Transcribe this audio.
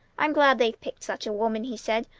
i'm glad they've picked such a woman! he said.